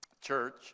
church